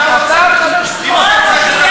אתה מדבר שטויות.